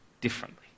differently